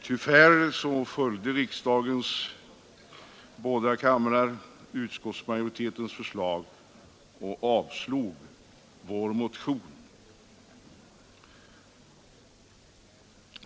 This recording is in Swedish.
Tyvärr följde riksdagens båda kamrar utskottsmajoritetens förslag och avslog vår motion.